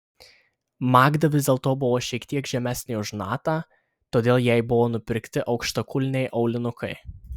magda vis dėlto buvo šiek tiek žemesnė už natą todėl jai buvo nupirkti aukštakulniai aulinukai